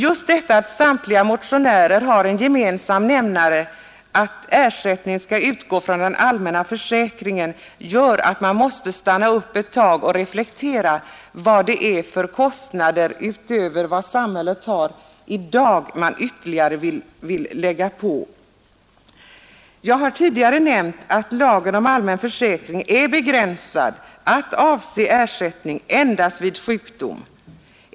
Just detta att samtliga motioner har som gemensam nämnare att ersättning skall utgå från den allmänna försäkringen gör att man måste stanna upp ett tag och reflektera över vad det är för kostnader utöver dem som samhället har i dag som motionärerna anser vi kan ha råd med. Jag har tidigare nämnt att lagen om allmän försäkring är begränsad till att avse ersättning endast vid sjukdom.